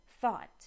thought